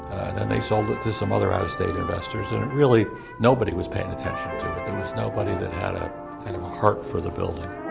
then they sold it to some other out of state investors. and really nobody was paying attention to it. there was nobody that had a kind of heart for the building